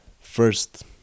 First